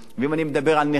ואם אני מדבר על נכים,